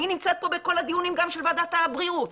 אני נמצאת פה בכל הדיונים גם של ועדת הבריאות.